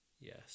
Yes